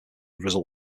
result